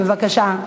בבקשה.